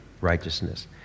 righteousness